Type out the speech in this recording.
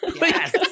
Yes